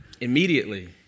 Immediately